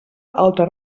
altre